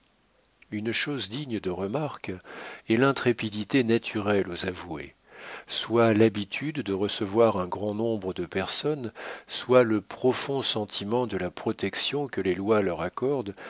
une chose digne de remarque est l'intrépidité naturelle aux avoués soit l'habitude de recevoir un grand nombre de personnes soit le profond sentiment de la protection que les lois leur accordent